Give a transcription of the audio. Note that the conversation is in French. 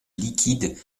liquides